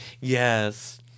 Yes